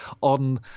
on